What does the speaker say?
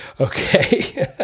okay